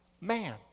Man